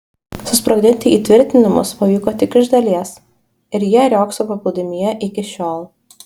susprogdinti įtvirtinimus pavyko tik iš dalies ir jie riogso paplūdimyje iki šiol